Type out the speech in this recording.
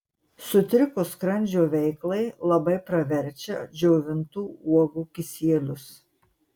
sutrikus skrandžio veiklai labai praverčia džiovintų uogų kisielius